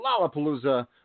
Lollapalooza